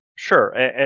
Sure